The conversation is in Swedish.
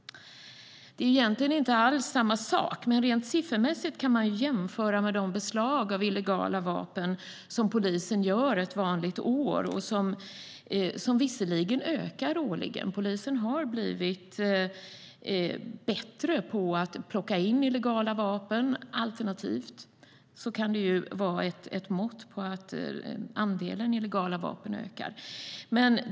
Det är egentligen inte alls samma sak, men rent siffermässigt kan man jämföra med de beslag av illegala vapen som polisen gör ett vanligt år. Beslagen ökar visserligen årligen. Polisen har blivit bättre på att plocka in illegala vapen. Alternativt kan det vara ett mått på att andelen illegala vapen ökar.